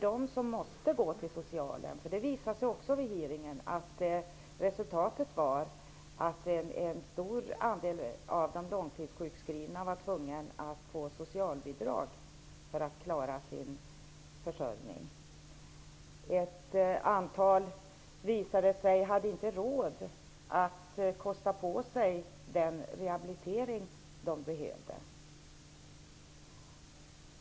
Det visade sig vid hearingen att resultatet blev att en stor andel av de långtidssjukskrivna var tvungna att få socialbidrag för att klara sin försörjning. Det visade sig också att ett antal inte hade råd att kosta på sig den rehabilitering de behövde.